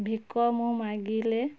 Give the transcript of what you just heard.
ଭିକ ମୁଁ ମାଗିଲେ